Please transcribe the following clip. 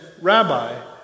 Rabbi